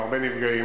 עם הרבה נפגעים,